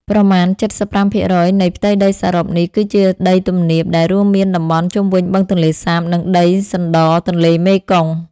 ប្រមាណ ៧៥% នៃផ្ទៃដីសរុបនេះគឺជាដីទំនាប ដែលរួមមានតំបន់ជុំវិញបឹងទន្លេសាប និងដីសណ្ដទន្លេមេគង្គ។